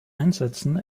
einsetzen